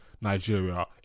Nigeria